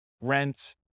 rent